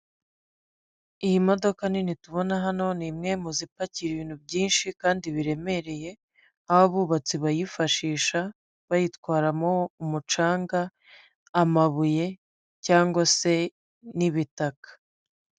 Iyi modoka nini tubona hano ni imwe mu zipakiye ibintu byinshi kandi biremereye, nk'abubatsi bayifashisha bayitwaramo umucanga, amabuye cyangwa se n'ibitaka.